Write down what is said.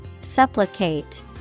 Supplicate